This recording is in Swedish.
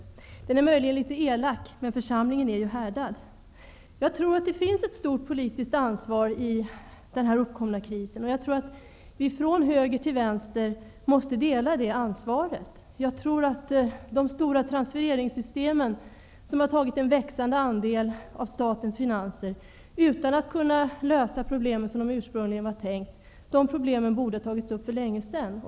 Den är möjligen litet elak, men församlingen är ju härdad. Jag tror att det finns ett stort politiskt ansvar i den här uppkomna krisen, och jag tror att vi från höger till vänster måste dela detta ansvar. Jag tror att problemen med de stora transfereringssystemen, som har tagit en växande andel av statens finanser utan att kunna lösa problemen som det ursprungligen var tänkt, borde ha tagits upp för länge sedan.